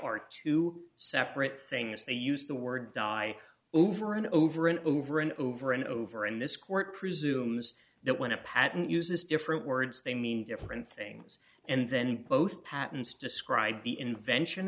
are two separate things they use the word die over and over and over and over and over in this court presumes that when a patent uses different words they mean different things and then both patents describe the invention